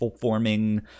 forming